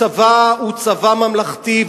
הצבא הוא צבא ממלכתי,